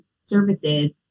services